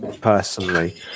personally